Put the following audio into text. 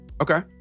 Okay